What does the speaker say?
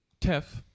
Tef